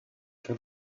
for